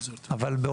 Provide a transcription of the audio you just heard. אבל,